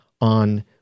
on